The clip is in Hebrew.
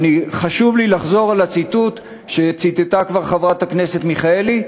וחשוב לי לחזור על הציטוט שכבר ציטטה חברת הכנסת מיכאלי,